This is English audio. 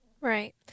Right